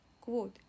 Quote